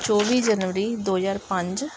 ਚੌਵੀ ਜਨਵਰੀ ਦੋ ਹਜ਼ਾਰ ਪੰਜ